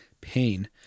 pain